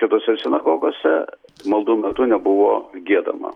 kitose sinagogose maldų metu nebuvo giedama